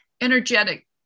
energetic